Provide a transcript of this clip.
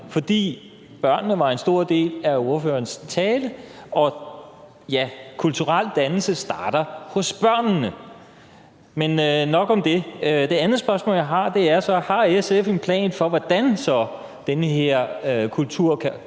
fordi børnene var en stor del af ordførerens tale, og ja, kulturel dannelse starter hos børnene – men nok om det. Det andet spørgsmål, jeg har, er så: Har SF en plan for, hvordan den her kultur så